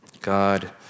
God